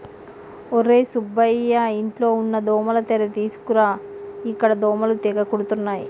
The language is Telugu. ఒర్రే సుబ్బయ్య ఇంట్లో ఉన్న దోమల తెర తీసుకురా ఇక్కడ దోమలు తెగ కుడుతున్నాయి